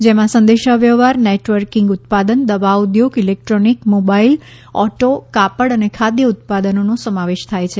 જેમાં સંદેશા વ્યવહાર નેટવર્કિંગ ઉત્પાદન દવા ઉદ્યોગ ઇલેકટ્રોનિક મોબાઇલ ઓટો કાપડ અને ખાદ્ય ઉત્પાદનોનો સમાવેશ થાય છે